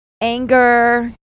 anger